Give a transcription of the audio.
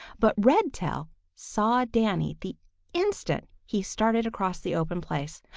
but redtail saw danny the instant he started across the open place,